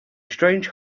strange